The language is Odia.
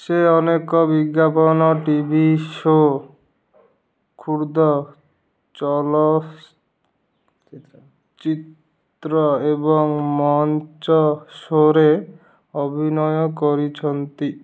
ସେ ଅନେକ ବିଜ୍ଞାପନ ଟିଭି ଶୋ କ୍ଷୁଦ୍ର ଚଳ ଚ୍ଚିତ୍ର ଏବଂ ମଞ୍ଚ ଶୋରେ ଅଭିନୟ କରିଛନ୍ତି